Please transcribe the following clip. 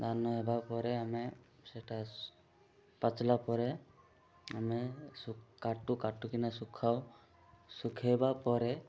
ଧାନ ହେବା ପରେ ଆମେ ସେଟା ପାଚିଲା ପରେ ଆମେ କାଟୁ କାଟୁ କିନା ଶୁଖାଉ ଶୁଖାଇବା ପରେ